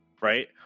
right